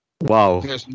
Wow